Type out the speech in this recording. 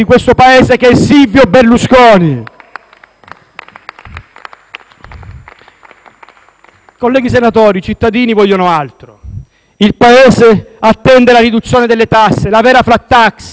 Colleghi senatori, i cittadini vogliono altro. Il Paese attende la riduzione delle tasse, la vera *flat tax*, gli investimenti in infrastrutture, la politica vera, le grandi opere,